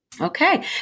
Okay